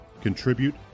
Contribute